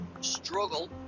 struggle